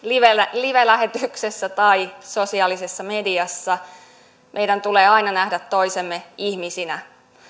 livelähetyksessä tai sosiaalisessa mediassa meidän tulee aina nähdä toisemme ihmisinä